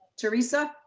teresa.